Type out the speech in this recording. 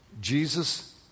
Jesus